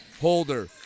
Holder